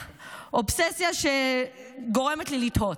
אובססיה שגורמת לי לתהות.